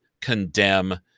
condemn